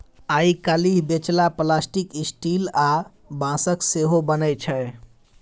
आइ काल्हि बेलचा plastic, steel आ बाँसक सेहो बनै छै